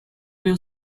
will